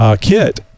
kit